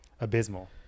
abysmal